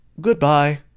goodbye